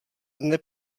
dne